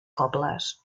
cobles